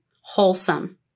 wholesome